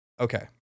okay